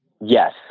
yes